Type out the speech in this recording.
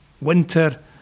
winter